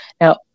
now